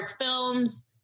Films